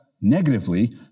negatively